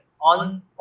on